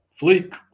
Fleek